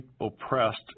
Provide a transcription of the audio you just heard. oppressed